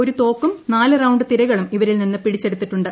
ഒരു തോക്കും നാല് റൌണ്ട് തിരകളും ഇവരിൽ നിന്ന് പിടിച്ചെടുത്തിട്ടുണ്ട്